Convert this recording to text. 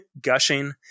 gushing